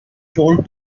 told